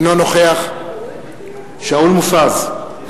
אינו נוכח שאול מופז,